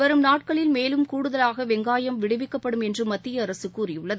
வரும் நாட்களில் மேலும் கூடுதலாக வெங்காயம் விடுவிக்கப்படும் என்றும் மத்திய அரசு கூறியுள்ளது